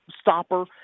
stopper